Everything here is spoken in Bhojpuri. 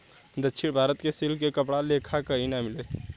दक्षिण भारत के सिल्क के कपड़ा लेखा कही ना मिले